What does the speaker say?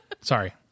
Sorry